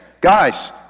Guys